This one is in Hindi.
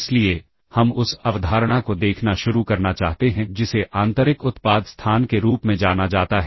इसलिए हम उस अवधारणा को देखना शुरू करना चाहते हैं जिसे आंतरिक उत्पाद स्थान के रूप में जाना जाता है